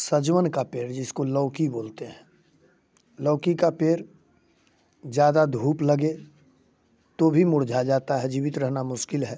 सजवन का पेड़ जिसको लौकी बोलते हैं लौकी का पेड़ ज़्यादा धूप लगे तो भी मुर्झा जाता है जीवित रहना मुश्किल है